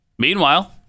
Meanwhile